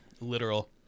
Literal